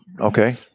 Okay